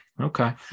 Okay